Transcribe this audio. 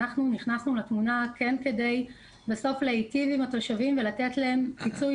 אנחנו נכנסנו לתמונה כן כדי בסוף להיטיב עם התושבים ולתת להם פיצוי